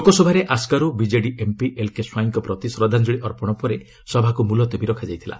ଲୋକସଭାରେ ଆସ୍କାରୁ ବିଜେଡି ଏମ୍ପି ଏଲକେ ସ୍ୱାଇଁ ଙ୍କ ପ୍ରତି ଶ୍ରଦ୍ଧାଞ୍ଜଳି ଅର୍ପଣ ପରେ ସଭାକୁ ମୁଲତବୀ ରଖାଯାଇଥିଲା